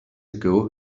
ago